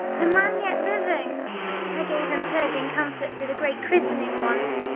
the man yet living i gave him purging comfits at a great christning once,